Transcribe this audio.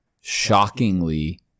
shockingly